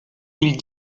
mille